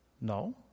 No